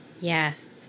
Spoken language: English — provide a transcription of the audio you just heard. Yes